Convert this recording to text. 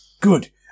Good